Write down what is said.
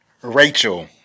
Rachel